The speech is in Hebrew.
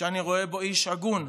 שאני רואה בו איש הגון,